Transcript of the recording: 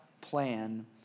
Plan